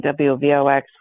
WVOX